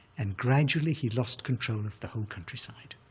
and gradually he lost control of the whole countryside.